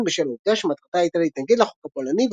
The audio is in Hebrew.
בשל העובדה שמטרתה הייתה להתנגד לחוק הפולני,